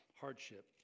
hardship